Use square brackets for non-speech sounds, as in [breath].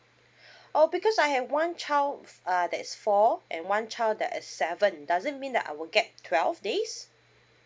[breath] oh because I have one child uh that's four and one child that is seven does that mean that I will get twelve days